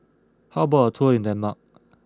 how about a tour in Denmark